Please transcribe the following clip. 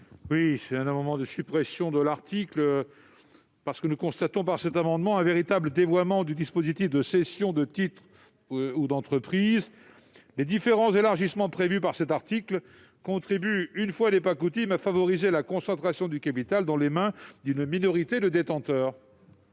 d'un amendement de suppression. Nous constatons en effet un véritable dévoiement du dispositif de cession de titres ou d'entreprises. Les différents élargissements prévus par cet article contribuent, une fois n'est pas coutume, à favoriser la concentration du capital dans les mains d'une minorité. La parole est